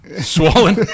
Swollen